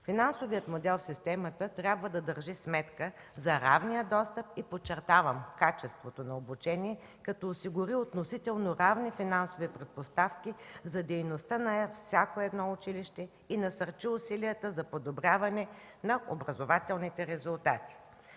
Финансовият модел в системата трябва да държи сметка за равния достъп и подчертавам – качеството на обучение, като осигури относително равни финансови предпоставки за дейността на всяко едно училище и насърчи усилията за подобряване на образователните резултати.